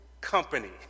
company